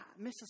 Mrs